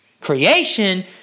Creation